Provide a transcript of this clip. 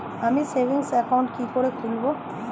আমি savings account কি করে খুলব?